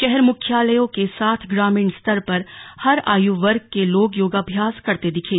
शहर मुख्यालयों के साथ ग्रामीण स्तर पर हर आयु वर्ग के लोग योगाभ्यास करते दिखे